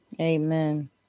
Amen